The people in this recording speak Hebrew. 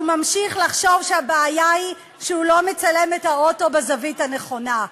והוא ממשיך לחשוב שהבעיה היא שהוא לא מצלם את האוטו בזווית הנכונה.